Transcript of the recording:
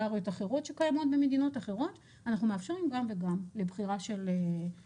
גם במחלימים ומחוסנים,